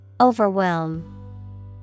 Overwhelm